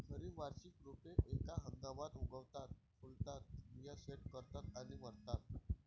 खरी वार्षिक रोपे एका हंगामात उगवतात, फुलतात, बिया सेट करतात आणि मरतात